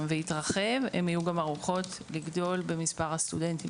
ויתרחב הן יהיו ערוכות לגדול במספר הסטודנטים